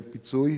לפיצוי.